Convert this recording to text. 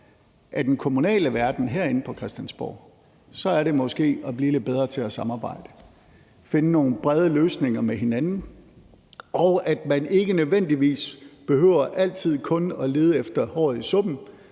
af den kommunale verden, er det måske at blive lidt bedre til at samarbejde og finde nogle brede løsninger med hinanden, og at man måske ikke nødvendigvis altid behøver kun at lede efter håret i suppen,